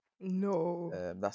No